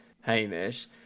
Hamish